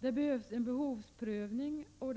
Det behövs en behovsprövning och